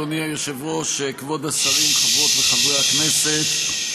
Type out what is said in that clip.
אדוני היושב-ראש, כבוד השרים, חברות וחברי הכנסת,